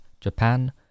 Japan